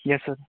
yes sir